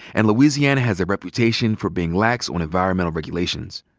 and louisiana has a reputation for being lax on environmental regulations.